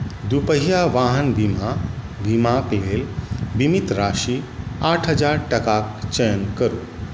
दुपहिया वाहन बीमा बीमाक लेल बीमित राशि आठ हजार टाकाक चयन करू